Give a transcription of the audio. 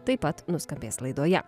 taip pat nuskambės laidoje